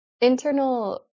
internal